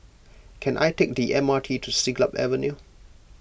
can I take the M R T to Siglap Avenue